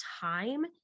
time